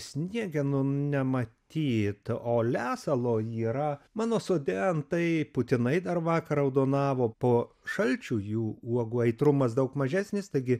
sniegenų nematyt o lesalo yra mano sode tai putinai dar vakar raudonavo po šalčių jų uogų aitrumas daug mažesnis taigi